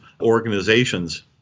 organizations